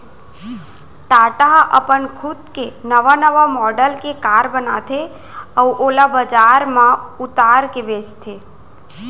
टाटा ह अपन खुद के नवा नवा मॉडल के कार बनाथे अउ ओला बजार म उतार के बेचथे